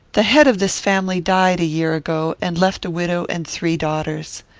the head of this family died a year ago, and left a widow and three daughters.